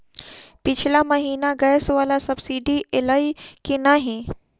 पिछला महीना गैस वला सब्सिडी ऐलई की नहि?